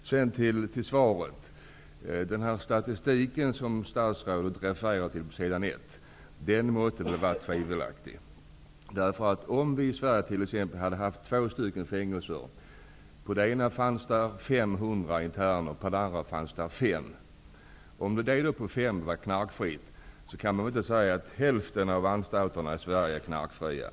Den statistik som statsrådet refererar till på s. 1 i svaret måste vara tvivelaktig. Tänk er att vi i Sverige hade haft två fängelser. På det ena fanns 5 interner var knarkfritt, hade man väl inte kunnat säga att hälften av anstalterna i Sverige var knarkfria.